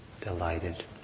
delighted